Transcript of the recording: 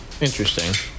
interesting